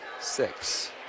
six